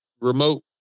remote